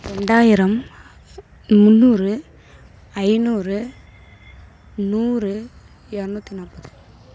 ரெண்டாயிரம் முன்னூறு ஐநூறு நூறு இரநூத்தி நாற்பது